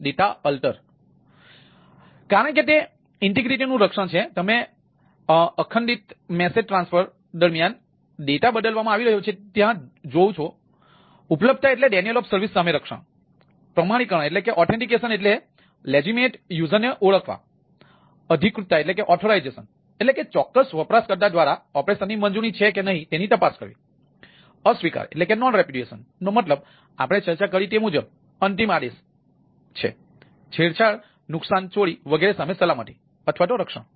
તેથી કારણ કે તે અખંડિતતા નો મતલબ આપણે ચર્ચા કરી તે મુજબ આદેશ અંતિમ છે છેડછાડ નુકસાન ચોરી વગેરે સામે સલામતી રક્ષણ